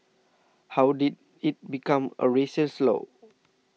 how did it become a racial slur